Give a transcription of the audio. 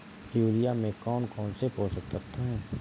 Urea में कौन कौन से पोषक तत्व है?